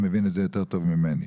מבין את זה יותר טוב ממני,